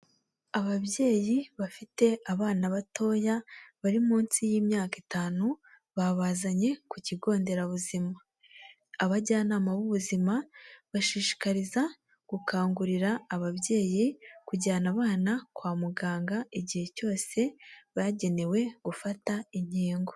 Ababyeyi bafite abana batoya bari munsi y'imyaka itanu babazanye ku kigo nderabuzima, abajyanama b'ubuzima bashishikariza gukangurira ababyeyi kujyana abana kwa muganga igihe cyose bagenewe gufata inkingo.